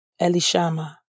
Elishama